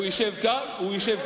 הוא ישב כאן?